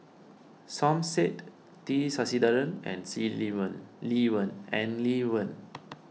Som Said T Sasitharan and See Lee Wen Lee Wen and Lee Wen